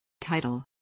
Title